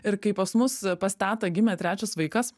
ir kai pas mus pas tetą gimė trečias vaikas